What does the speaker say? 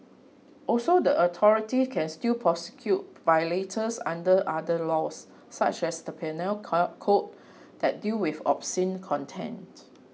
also the authorities can still prosecute violators under other laws such as the Penal Code that deal with obscene content